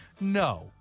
No